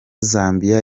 zambia